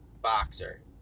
boxer